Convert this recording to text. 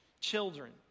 children